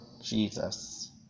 Jesus